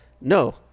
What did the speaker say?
No